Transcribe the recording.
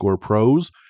Pros